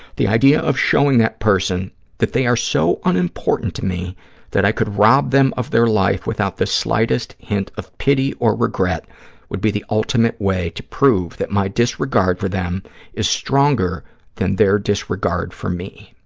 the idea of showing that person that they are so unimportant to me that i could rob them of their life life without the slightest hint of pity or regret would be the ultimate way to prove that my disregard for them is stronger than their disregard for me.